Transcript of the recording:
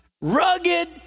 rugged